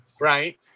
Right